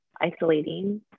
isolating